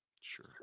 Sure